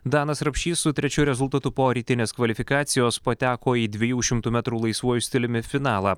danas rapšys su trečiu rezultatu po rytinės kvalifikacijos pateko į dviejų šimtų metrų laisvuoju stiliumi finalą